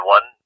One